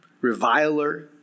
reviler